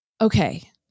Okay